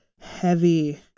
heavy